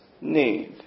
need